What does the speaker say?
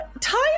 time